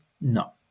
No